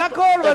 זה הכול.